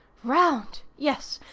round! yes,